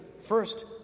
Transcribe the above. first